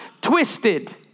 twisted